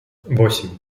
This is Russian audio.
восемь